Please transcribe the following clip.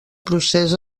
procés